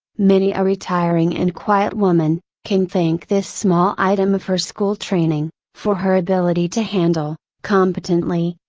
many a retiring and quiet woman, can thank this small item of her school training, for her ability to handle, competently,